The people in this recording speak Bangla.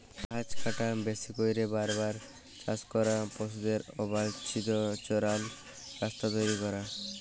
গাহাচ কাটা, বেশি ক্যইরে বার বার চাষ ক্যরা, পশুদের অবাল্ছিত চরাল, রাস্তা তৈরি ক্যরা